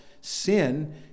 sin